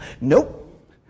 Nope